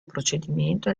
procedimento